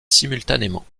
simultanément